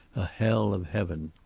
a hell of heaven.